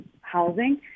housing